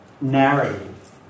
narrative